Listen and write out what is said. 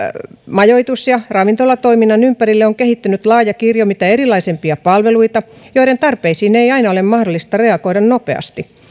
majoitus ja ravintolatoiminnan ympärille on kehittynyt laaja kirjo mitä erilaisimpia palveluita joiden tarpeisiin ei aina ole mahdollista reagoida nopeasti